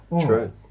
true